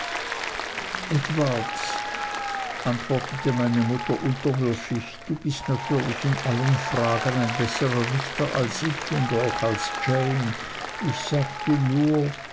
edward antwortete meine mutter unterwürfig du bist natürlich in allen fragen ein besserer richter als ich und auch als jane ich sagte nur